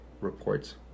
reports